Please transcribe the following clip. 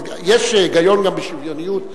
יש היגיון גם בשוויוניות,